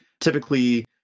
Typically